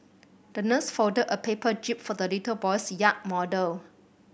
the nurse folded a paper jib for the little boy's yacht model